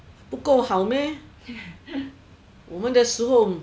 不够好 meh 我们的时候